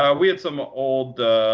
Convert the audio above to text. ah we had some ah old